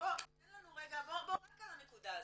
תן לנו רגע, רק על הנקודה הזאת,